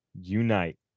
unite